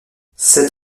sept